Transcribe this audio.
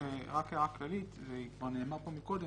רק הערה כללית, והיא כבר נאמרה פה מקודם,